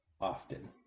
often